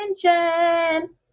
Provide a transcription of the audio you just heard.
attention